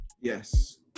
Yes